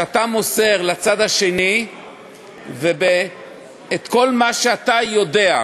שאתה מוסר לצד השני את כל מה שאתה יודע.